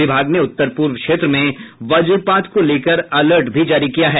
विभाग ने उत्तर पूर्व क्षेत्र में वज्रपात को लेकर अलर्ट जारी किया है